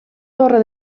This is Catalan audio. torre